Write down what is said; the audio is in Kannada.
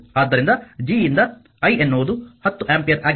ಆದ್ದರಿಂದ G ಯಿಂದ i ಎನ್ನುವುದು 10 ಆಂಪಿಯರ್ ಆಗಿದೆ